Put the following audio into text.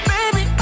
Baby